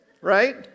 right